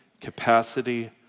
capacity